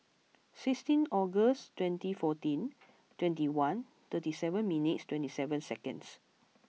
sixteen August twenty fourteen twenty one thirty seven minutes twenty seven seconds